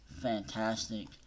fantastic